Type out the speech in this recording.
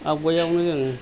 आवगायावनो जों